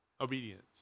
Obedience